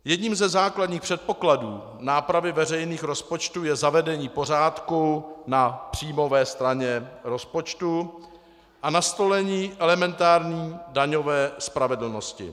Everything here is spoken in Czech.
Jedním ze základních předpokladů nápravy veřejných rozpočtů je zavedení pořádku na příjmové straně rozpočtu a nastolení elementární daňové spravedlnosti.